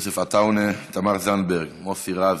יוסף עטאונה, תמר זנדברג, מוסי רז,